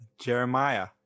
Jeremiah